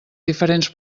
diferents